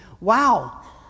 Wow